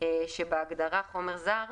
שבהגדרה "חומר זר"